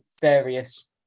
various